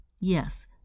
yes